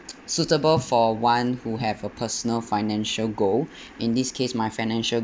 suitable for one who have a personal financial goal in this case my financial